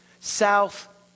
south